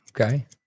Okay